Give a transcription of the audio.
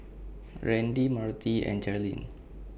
Randy Marty and Jerilyn